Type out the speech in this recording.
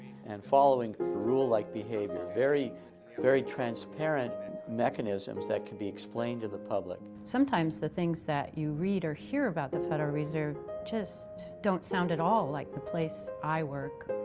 and following the rule like behavior, very very transparent mechanisms that could be explained to the public. sometimes the things that you read or hear about the federal reserve just don't sound at all like the place i work.